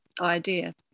idea